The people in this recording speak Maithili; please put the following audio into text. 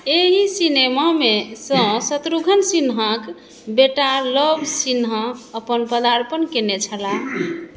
एहि सिनेमा मे सँ शत्रुघ्न सिन्हाक बेटा लव सिन्हा अपन पदार्पण कयने छलाह